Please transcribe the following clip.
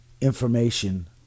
information